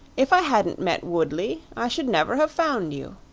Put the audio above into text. if i hadn't met woodley i should never have found you,